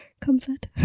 comfort